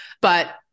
but-